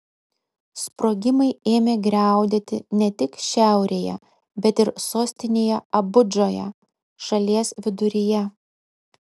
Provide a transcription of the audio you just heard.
sprogimai ėmė griaudėti ne tik šiaurėje bet ir sostinėje abudžoje šalies viduryje